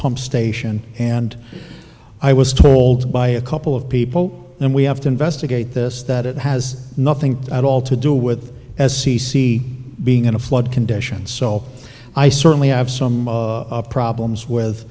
pump station and i was told by a couple of people and we have to investigate this that it has nothing at all to do with as c c being in a flood condition so i certainly have some problems with